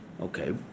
Okay